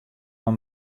mei